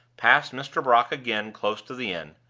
passed mr. brock again close to the inn.